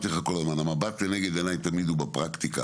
המבט לנגד עיניי הוא תמיד בפרקטיקה